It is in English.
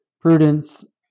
Prudence